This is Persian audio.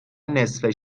نصفه